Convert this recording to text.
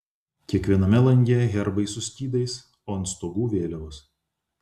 kiekviename lange herbai su skydais o ant stogų vėliavos